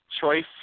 choice